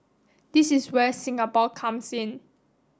this is where Singapore comes in